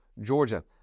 Georgia